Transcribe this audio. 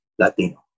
Latino